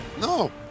No